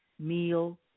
meal